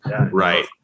Right